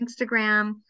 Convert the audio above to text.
Instagram